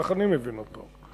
כך אני מבין אותו.